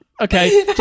okay